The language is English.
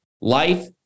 life